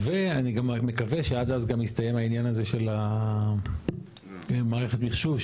ואני גם מקווה שעד אז גם יסתיים העניין הזה של מערכת מחשוב,